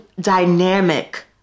dynamic